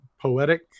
poetic